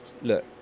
look